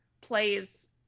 plays